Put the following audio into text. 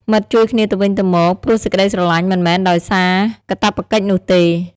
មិត្តជួយគ្នាទៅវិញទៅមកព្រោះសេចក្ដីស្រលាញ់មិនមែនដោយសារកាតព្វកិច្ចនោះទេ។